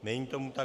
Není tomu tak.